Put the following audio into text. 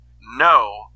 No